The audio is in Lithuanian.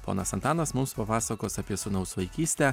ponas antanas mums papasakos apie sūnaus vaikystę